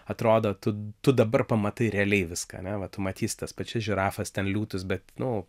atrodo tu tu dabar pamatai realiai viską ane va tu matysi tas pačias žirafas ten liūtus bet nu